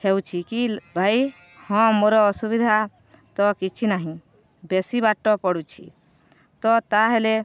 ହେଉଛି କି ଭାଇ ହଁ ମୋର ଅସୁବିଧା ତ କିଛି ନାହିଁ ବେଶୀ ବାଟ ପଡ଼ୁଛି ତ ତା'ହେଲେ